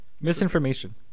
Misinformation